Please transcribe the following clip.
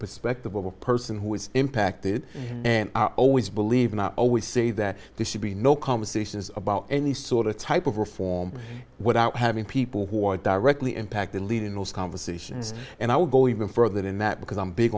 perspective of a person who is impacted and i always believe in i always say that there should be no conversations about any sort of type of reform without having people who are directly impacted lead in those conversations and i would go even further than that because i'm big